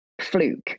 fluke